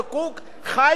כדי שלא יהיה רעב.